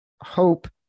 hope